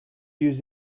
use